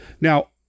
Now